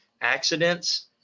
accidents